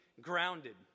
grounded